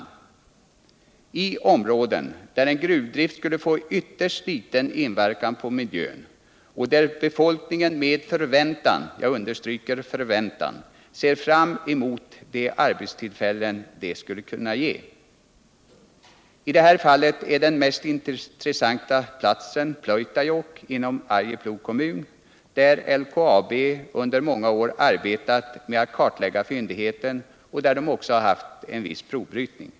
Det gäller dir områden där en gruvdrift skulle få ytterst liten inverkan på miljön och där befolkningen med förväntan — jag understryker det — ser fram emot de arbetstillfällen deta skulle ge. I det här fallet är den mest intressanta platsen Pleutajokk inom Arjeplogs kommun, där LKAB under många år arbetat med att kartlägga fyndigheten och också haft viss provbrytning.